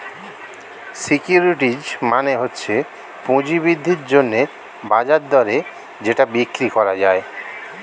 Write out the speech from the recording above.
securities মানে হচ্ছে পুঁজি বৃদ্ধির জন্যে বাজার দরে যেটা বিক্রি করা যায়